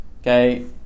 okay